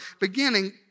beginning